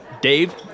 Dave